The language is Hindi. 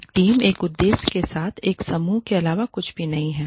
एक टीम एक उद्देश्य के साथ एक समूह के अलावा कुछ भी नहीं है